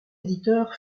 éditeurs